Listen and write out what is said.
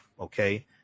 okay